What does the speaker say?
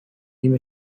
نیم